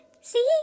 See